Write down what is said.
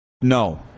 No